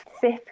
fifth